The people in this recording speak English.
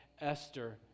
Esther